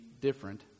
different